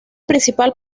principal